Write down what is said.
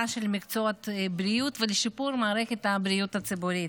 של מקצועות הבריאות ולשיפור מערכת הבריאות הציבורית.